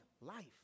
life